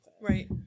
Right